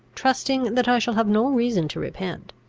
trusting that i shall have no reason to repent,